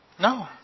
No